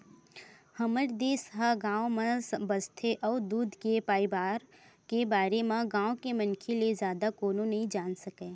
हमर देस ह गाँव म बसथे अउ दूद के बइपार के बारे म गाँव के मनखे ले जादा कोनो नइ जान सकय